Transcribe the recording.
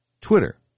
Twitter